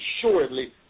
assuredly